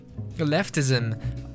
leftism